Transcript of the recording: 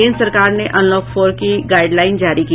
केंद्र सरकार ने अनलॉक फोर की गाईडलाइन जारी की